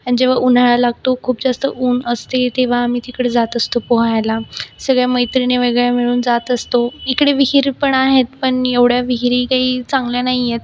आणि जव्वाहा उन्हाळा लागतो खूप जास्त ऊन असते तेव्हा आम्ही तिकडे जात असतो पोहायला सगळ्या मैत्रिणी वगैरे मिळून जात असतो इकडे विहिरी पण आहेत पण एवढ्या विहिरी काही चांगल्या नाही आहेत